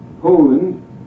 Poland